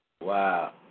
Wow